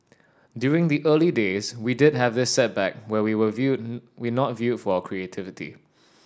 during the early days we did have this setback where we were viewed we not viewed for our creativity